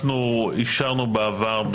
אפשרנו בעבר,